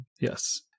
Yes